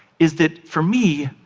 is that, for me,